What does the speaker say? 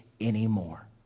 anymore